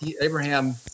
Abraham